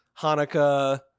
Hanukkah